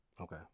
Okay